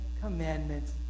Commandments